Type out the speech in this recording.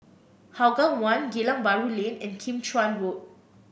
Hougang One Geylang Bahru Lane and Kim Chuan Road